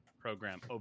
program